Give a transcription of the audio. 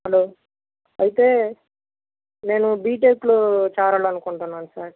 hello అయితే నేను బీటెక్లో చేరాలనుకుంటున్నాను సార్